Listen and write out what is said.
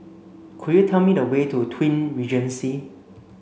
could you tell me the way to Twin Regency